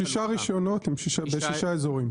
נכון, שישה רישיונות בשישה אזורים.